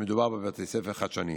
שמדובר בבתי ספר חדשניים.